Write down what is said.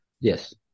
Yes